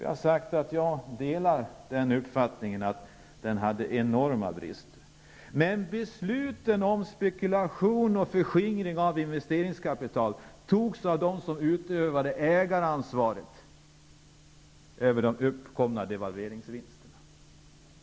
Jag delar uppfattningen att den tredje vägens politik hade enorma brister. Men besluten om spekulation och förskingring av investeringskapital fattades av dem som utövade ägaransvaret över de uppkomna devalveringsvinsterna.